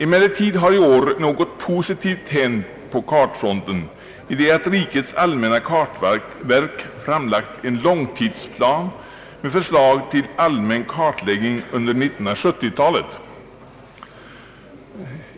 Emellertid har i år något positivt hänt på kartfronten i det att rikets allmänna kartverk framlagt en långtidsplan med förslag till allmän kartläggning under 1970-talet,